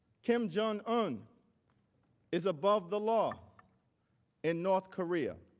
kim jong-un is above the law in north korea